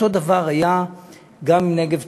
אותו דבר היה גם עם "נגב טקסטיל",